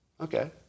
Okay